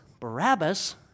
Barabbas